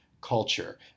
culture